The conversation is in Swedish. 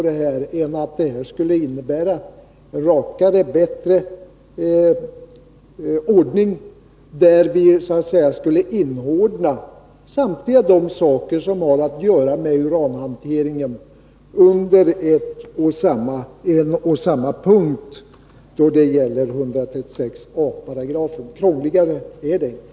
Det skulle innebära en rakare och bättre ordning, och vi skulle inordna samtliga de saker som har att göra med uranhanteringen under en och samma punkt då det gäller 136 a §— krångligare är det inte.